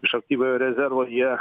iš aktyviojo rezervo jie